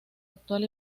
actual